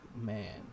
man